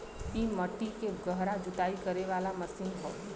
इ मट्टी के गहरा जुताई करे वाला मशीन हौ